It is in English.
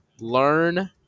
learn